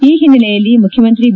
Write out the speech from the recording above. ಈ ಹಿನ್ನೆಲೆಯಲ್ಲಿ ಮುಖ್ಯಮಂತ್ರಿ ಬಿ